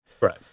Right